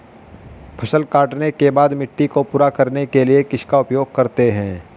फसल काटने के बाद मिट्टी को पूरा करने के लिए किसका उपयोग करते हैं?